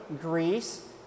Greece